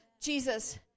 Jesus